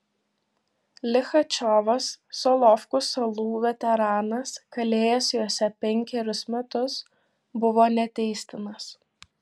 lichačiovas solovkų salų veteranas kalėjęs jose penkerius metus buvo neteistinas